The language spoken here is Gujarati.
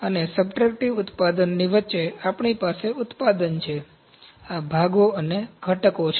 અને સબ્ટ્રેક્ટિવ ઉત્પાદનની વચ્ચે આપણી પાસે ઉત્પાદન છે આ ભાગો અને ઘટકો છે